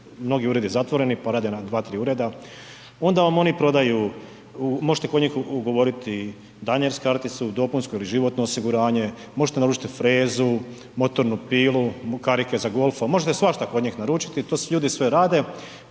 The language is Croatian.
mnogi uredi zatvoreni pa rade na 2-3 ureda, onda vam oni prodaju, možete kod njih ugovoriti Diners karticu, dopunsko ili životno osiguranje, možete naručiti frezu, motornu pilu, karike za Golfa, možete svašta kod njih naručiti, to ljudi sve rade,